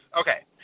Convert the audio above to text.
Okay